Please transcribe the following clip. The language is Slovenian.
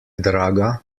draga